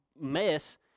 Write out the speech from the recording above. mess